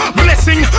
blessing